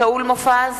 שאול מופז,